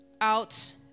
out